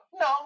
No